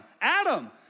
Adam